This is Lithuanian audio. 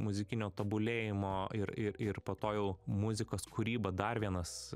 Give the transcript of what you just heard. muzikinio tobulėjimo ir ir ir po to jau muzikos kūryba dar vienas